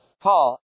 Paul